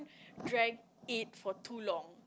drag it for too long